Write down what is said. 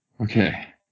Okay